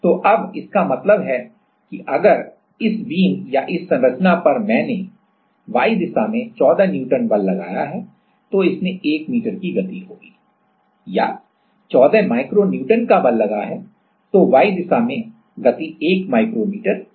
तो अब इसका मतलब है कि अगर इस बीम या इस संरचना पर मैंने Y दिशा में 14 N बल लगाया है तो इसमें 1 मीटर की गति होगी या 14 माइक्रो न्यूटन का बल लगा है तो Y दिशा में गति 1 माइक्रोमीटर होगी